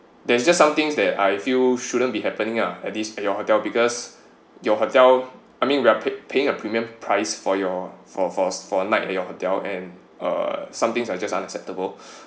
there's just some things that I feel shouldn't be happening lah at least at your hotel because your hotel I mean we are pay paying a premium price for your for for for a night at your hotel and uh somethings are just unacceptable